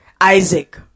Isaac